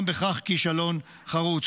גם בכך כישלון חרוץ.